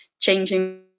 changing